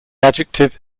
adjective